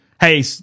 hey